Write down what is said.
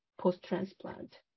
post-transplant